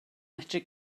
medru